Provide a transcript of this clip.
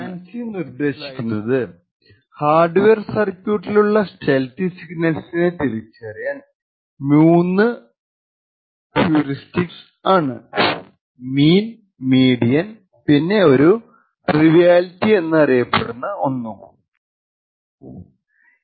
ഇവിടെ ഈ പേപ്പറിൽ FANCI നിർദേശിക്കുന്നത് ഒരു ഹാർഡ്വെയർ സർക്യൂട്ടിലുള്ള സ്റ്റേൽത്തി സിഗ്നൽസിനെ തിരിച്ചറിയാൻ 3 ഹ്യുറിസ്റ്റിക്സ് മീൻ മീഡിയൻ പിന്നെ ഒരു ട്രിവിയലിറ്റി എന്ന് അറിയപ്പെടുന്ന ഒന്നും ഉപയോഗിക്കാൻ ആണ്